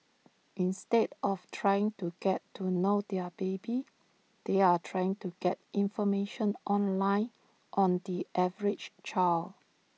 instead of trying to get to know their baby they are trying to get information online on the average child